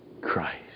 Christ